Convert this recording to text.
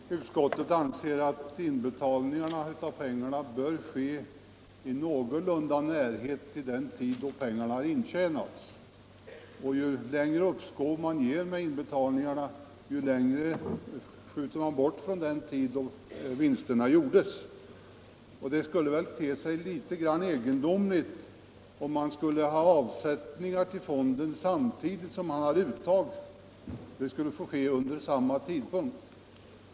Herr talman! Utskottet anser att inbetalning av pengarna bör ske i någorlunda närhet till den tid då pengarna har intjänats. Ju längre uppskov man ger med inbetalningarna, desto längre bort kommer man från den tid då vinsterna gjordes. Det skulle väl te sig litet egendomligt om avsättningar till fonden och uttag skulle få ske vid samma tidpunkt.